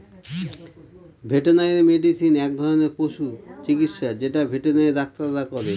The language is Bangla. ভেটেনারি মেডিসিন এক ধরনের পশু চিকিৎসা যেটা ভেটেনারি ডাক্তাররা করে